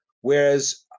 Whereas-